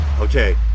Okay